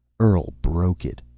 earl broke it.